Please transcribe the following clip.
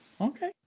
Okay